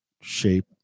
Shape